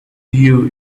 you